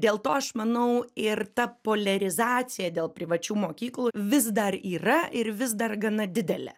dėl to aš manau ir ta poliarizacija dėl privačių mokyklų vis dar yra ir vis dar gana didelė